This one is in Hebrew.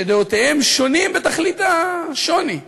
שדעותיהם שונות בתכלית השוני משלנו?